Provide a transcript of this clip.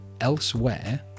elsewhere